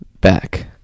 Back